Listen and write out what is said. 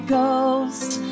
Ghost